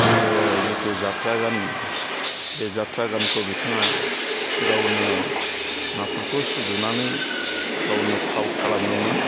आरो जिथु जाथ्रा गान बे जाथ्रा गानखौ बिथाङा गावनो नाथकखौ सुजुनानै गावनो फाव खालामोमोन